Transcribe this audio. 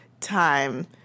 time